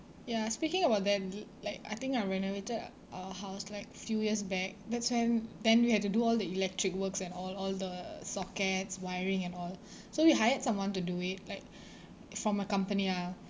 ya speaking about that l~ like I think I renovated our house like few years back that's when then we had to do all the electric works and all all the sockets wiring and all so we hired someone to do it like from a company lah